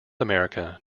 america